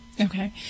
Okay